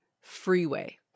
Freeway